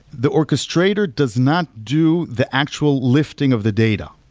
the orchestrator does not do the actual lifting of the data,